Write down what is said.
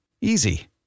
Easy